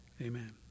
amen